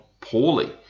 poorly